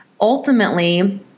ultimately